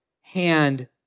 hand